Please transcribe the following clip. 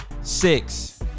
Six